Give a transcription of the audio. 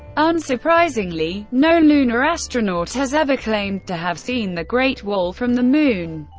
unsurprisingly, no lunar astronaut has ever claimed to have seen the great wall from the moon.